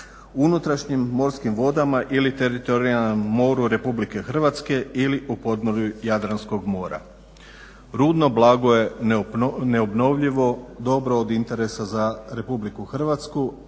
unutrašnjim morskim vodama ili teritorijalnom moru RH ili u podmorju Jadranskog mora. Rudno blago je neobnovljivo dobro od interesa za RH, a rudarska